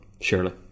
surely